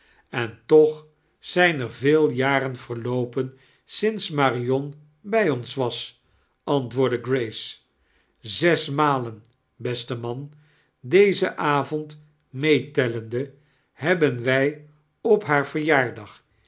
en toch zijn er veel jaren verloopen sdnds marion bij one was antwoordd grace zes malen beste man deaen avond meeteolendei hefoben wij op haar verjaardag